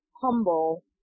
humble